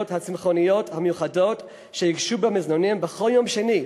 הצמחוניות המיוחדות שיוגשו במזנונים בכל יום שני,